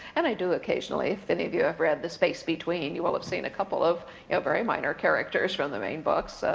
and i do occasionally. if any of you have read the space between you will have seen a couple of you know very minor characters from the main books,